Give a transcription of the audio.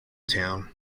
town